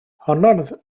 honnodd